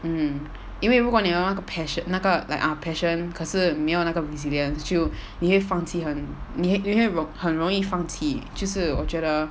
mm 因为如果你有那个 passion 那个 like ah passion 可是没有那个 resilience 就你会放弃很你会很容易放弃就是我觉得